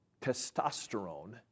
testosterone